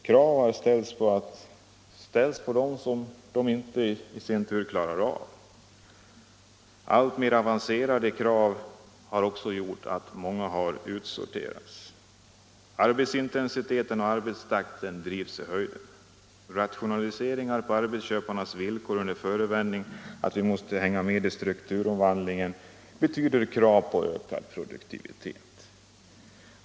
Det har ställts krav på dem som de inte klarar av. De allt större kraven har medfört att många har utsorterats. Arbetsintensiteten och arbetstakten drivs i höjden. Rationaliseringar på arbetsköparnas villkor under förevändningen att vi måste hänga med i strukturomvandlingen betyder krav på ökad produktivitet.